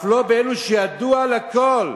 אף לא באלו שידוע לכול